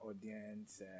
audience